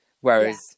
Whereas